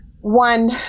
one